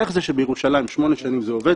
איך זה שבירושלים שמונה שנים זה עובד,